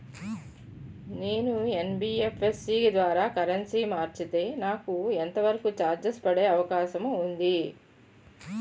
నేను యన్.బి.ఎఫ్.సి ద్వారా కరెన్సీ మార్చితే నాకు ఎంత వరకు చార్జెస్ పడే అవకాశం ఉంది?